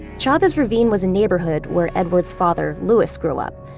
chavez ravine was a neighborhood where edward's father, louis, grew up.